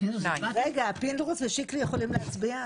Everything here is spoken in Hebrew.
פינדרוס ושיקלי יכולים להצביע?